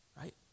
right